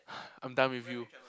I'm done with you